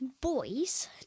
boys